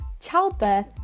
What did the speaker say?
childbirth